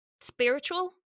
spiritual